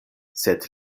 sed